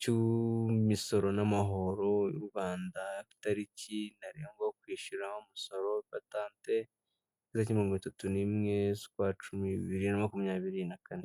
cy'imisoro n'amahoro mu rwanda, itariki ntarengwa yo kwishyura umusoro ni tariki mirongo itatu n'imwe z'ukwa cumi bibiri, bibiri na makumyabiri na kane.